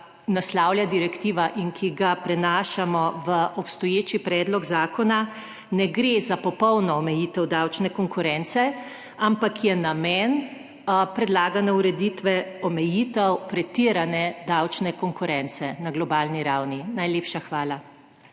naslavlja direktiva in ki ga prenašamo v obstoječi predlog zakona, ne gre za popolno omejitev davčne konkurence, ampak je namen predlagane ureditve omejitev pretirane davčne konkurence na globalni ravni. Najlepša hvala.